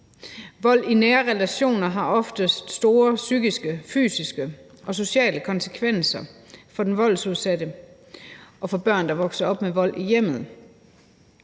Vold i nære relationer har oftest store psykiske, fysiske og sociale konsekvenser for den voldsudsatte og for børn, der vokser op med vold i hjemmet.